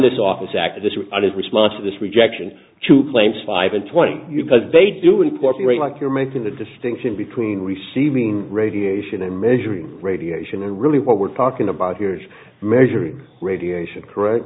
the office activist and his response to this rejection to claims five and twenty you because they do incorporate like you're making the distinction between receiving radiation and measuring radiation and really what we're talking about here is measuring radiation correct